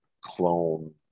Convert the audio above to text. clone